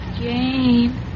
Jane